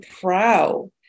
proud